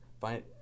find